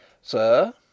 Sir